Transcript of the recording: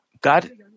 god